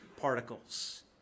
particles